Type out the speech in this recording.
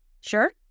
Sure